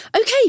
Okay